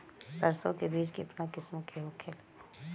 सरसो के बिज कितना किस्म के होखे ला?